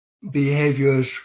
behaviors